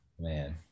Man